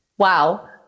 Wow